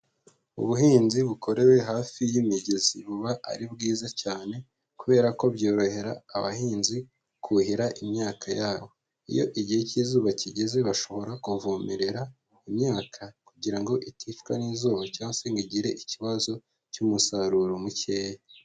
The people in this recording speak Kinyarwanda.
Ubuhinzi bukorewe hafi y'imigezi buba ari bwiza cyane, kubera ko byorohera abahinzi kuhira imyaka yabo. Iyo igihe cy'izuba kigeze bashobora kuvomerera imyaka, kugira ngo iticwa n'izuba, cyangwa se ngo ikibazo cy'umusaruro mukeya.